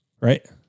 right